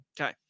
okay